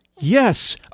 Yes